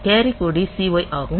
carry கொடி CY ஆகும்